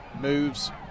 moves